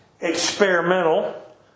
experimental